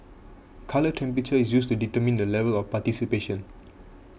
colour temperature is used to determine the level of participation